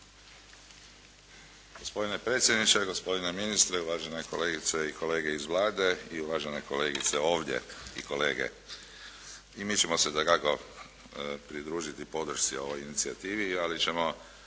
Gospodine predsjedniče, gospodine ministre, uvažene kolegice i kolege iz Vlade, i uvažene kolegice ovdje i kolege. I mi ćemo se dakako pridružiti podršci ovoj inicijativi ali ćemo